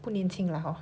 不年轻 lah hor